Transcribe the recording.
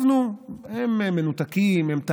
טוב, נו, הם מנותקים, הם טהרנים.